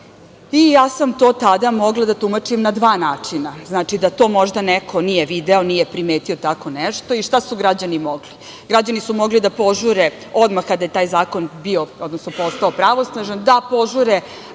ja sam to tada mogla da tumačim na dva načina. Znači da to možda neko nije video, nije primetio tako nešto i šta su građani mogli? Građani su mogli da požure odmah kada je taj zakon postao pravosnažan, da požure